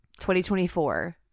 2024